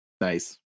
Nice